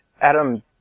Adam